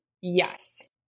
yes